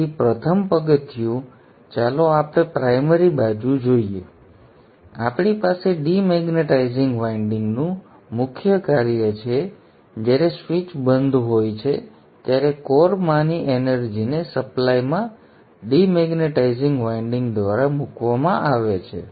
તેથી પ્રથમ પગથિયું ચાલો આપણે પ્રાઇમરી બાજુ જોઈએ આપણી પાસે ડિમેગ્નેટાઇઝિંગ વાઇન્ડિંગનું મુખ્ય કાર્ય છે જ્યારે સ્વીચ બંધ હોય છે ત્યારે કોરમાંની એનર્જીને સપ્લાયમાં ડિમેગ્નેટાઇઝિંગ વાઇન્ડિંગ દ્વારા મૂકવામાં આવે છે